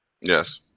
Yes